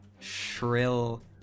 shrill